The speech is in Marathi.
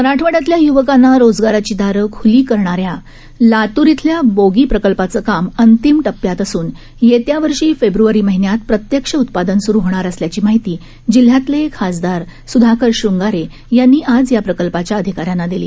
मराठवाङ्यातल्या यूवकांना रोजगाराची दारं खूली करणाऱ्या लातूर इथल्या बोगी प्रकल्पाचं काम अंतीम टप्प्यात असून येत्या वर्षी फेब्रवारी महिन्यात प्रत्यक्ष उत्पादन सुरु होणार असल्याची माहिती जिल्ह्यातले खासदार सुधाकर शृंगारे यांनी आज या प्रकल्पाच्या अधिकाऱ्यांना दिली